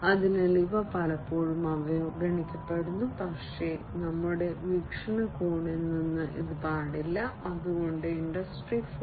അതിനാൽ ഇവ പലപ്പോഴും അവഗണിക്കപ്പെടുന്നു പക്ഷേ ഞങ്ങളുടെ വീക്ഷണകോണിൽ നിന്ന് പാടില്ല അതുകൊണ്ടാണ് ഇൻഡസ്ട്രി 4